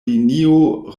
linio